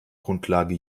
grundlage